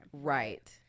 Right